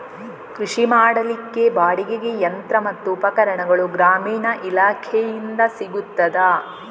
ಕೃಷಿ ಮಾಡಲಿಕ್ಕೆ ಬಾಡಿಗೆಗೆ ಯಂತ್ರ ಮತ್ತು ಉಪಕರಣಗಳು ಗ್ರಾಮೀಣ ಇಲಾಖೆಯಿಂದ ಸಿಗುತ್ತದಾ?